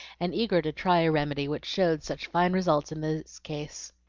and eager to try a remedy which showed such fine results in this case.